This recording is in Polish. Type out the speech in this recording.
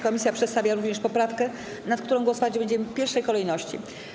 Komisja przedstawia również poprawkę, nad którą głosować będziemy w pierwszej kolejności.